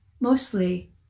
mostly